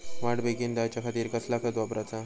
वाढ बेगीन जायच्या खातीर कसला खत वापराचा?